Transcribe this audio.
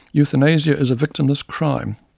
euthanasia is a victimless crime,